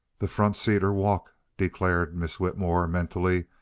the front seat or walk! declared miss whitmore, mentally,